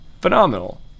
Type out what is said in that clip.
phenomenal